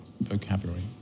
Vocabulary